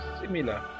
similar